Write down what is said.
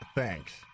thanks